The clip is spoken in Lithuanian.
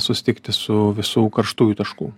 susitikti su visų karštųjų taškų